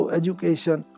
education